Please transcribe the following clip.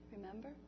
Remember